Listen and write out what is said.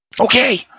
Okay